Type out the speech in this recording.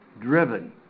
driven